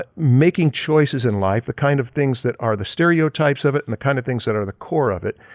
making choices in life, the kind of things that are the stereotypes of it and the kind of things that are the core of it.